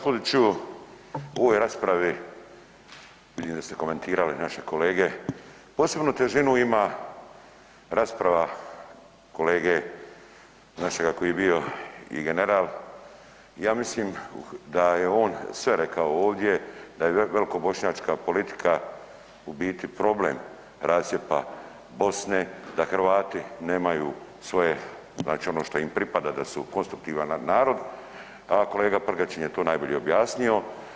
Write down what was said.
Kolega Raspudiću i u ovoj raspravi, vidim da ste komentirali naše kolege, posebnu težinu ima rasprava kolege našega koji je bio i general i ja mislim da je on sve rekao ovdje da je velikobošnjačka politika u biti problem rascijepa Bosne da Hrvati nemaju svoje znači ono što im pripada da su konstruktivan narod, a kolega Prkačin je to najbolje objasnio.